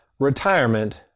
Retirement